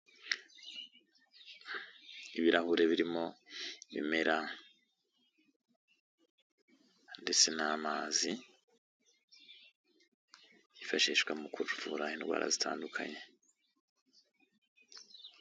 ibirahuri birimo ibimera ndetse n'amazi, yifashishwa mu kuvura indwara zitandukanye.